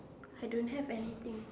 I don't have anything